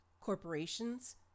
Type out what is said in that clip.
corporations